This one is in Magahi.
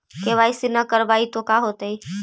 के.वाई.सी न करवाई तो का हाओतै?